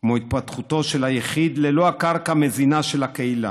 כמו התפתחותו של היחיד ללא הקרקע המזינה של הקהילה.